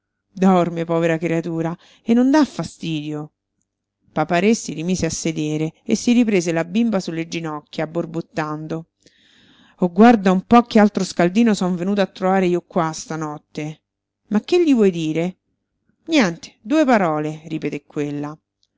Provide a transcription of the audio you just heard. dorme povera creatura e non dà fastidio papa-re si rimise a sedere e si riprese la bimba sulle ginocchia borbottando oh guarda un po che altro scaldino son venuto a trovare io qua stanotte ma che gli vuoi dire niente due parole ripeté quella